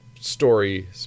story